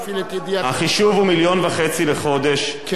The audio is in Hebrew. החישוב הוא מיליון וחצי לחודש,